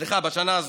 סליחה, בשנה הזאת.